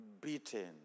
beaten